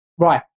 Right